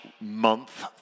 month